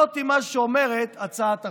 זה מה שאומרת הצעת החוק.